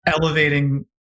elevating